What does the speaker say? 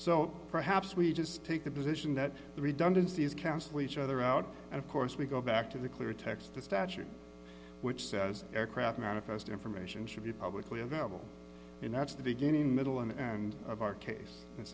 so perhaps we just take the position that the redundancy is counsel each other out and of course we go back to the clear text the statute which says aircraft manifest information should be publicly available and that's the beginning middle and end of our case